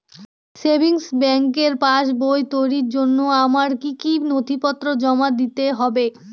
Savings ব্যাংকের পাসবই তৈরির জন্য আমার কি কি নথিপত্র জমা দিতে হবে?